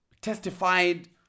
testified